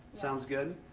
sounds good.